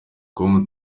com